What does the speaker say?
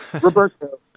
Roberto